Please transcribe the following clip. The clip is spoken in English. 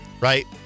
right